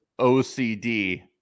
ocd